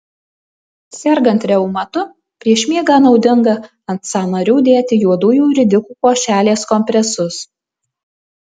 sergant reumatu prieš miegą naudinga ant sąnarių dėti juodųjų ridikų košelės kompresus